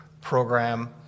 program